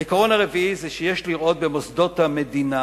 העיקרון הרביעי הוא שיש לראות במוסדות המדינה